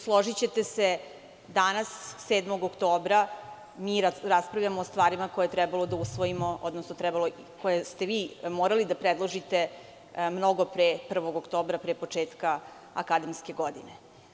Složićete se, danas, 7. oktobra, mi raspravljamo o stvarima koje je trebalo da usvojimo, odnosno koje ste vi morali da predložite mnogo pre 1. oktobra, pre početka akademske godine.